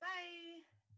Bye